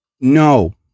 no